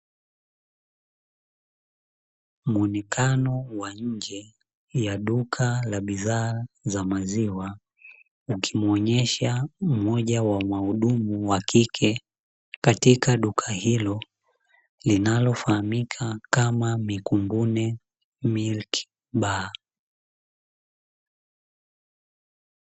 Muonekano wa nje ya duka la bidhaa za maziwa, ukimuonyesha mmoja wa wahudumu wa kike katika duka hilo, linalofahamika kama Mikunguni milki baa.